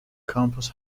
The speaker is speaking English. campus